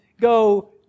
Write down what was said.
go